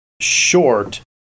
short